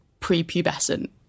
prepubescent